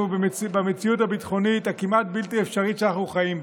במציאות הביטחונית הכמעט-בלתי-אפשרית שאנחנו חיים בה.